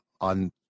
on